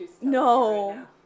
no